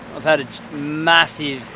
i've had a massive,